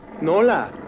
Nola